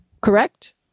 correct